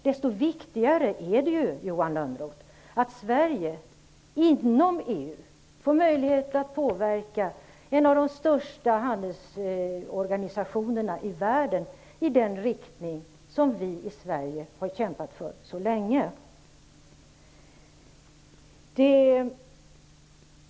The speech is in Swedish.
Desto viktigare är det ju, Johan Lönnroth, att Sverige inom EU får möjlighet att påverka en av de största handelsorganisationerna i världen i den riktning som vi i Sverige har kämpat för så länge.